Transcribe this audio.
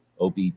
Ob